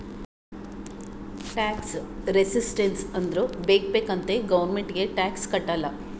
tax resistance ಅಂದುರ್ ಬೇಕ್ ಬೇಕ್ ಅಂತೆ ಗೌರ್ಮೆಂಟ್ಗ್ ಟ್ಯಾಕ್ಸ್ ಕಟ್ಟಲ್ಲ